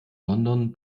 london